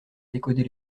décoder